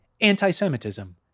Anti-Semitism